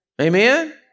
Amen